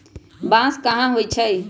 बांस कहाँ होई छई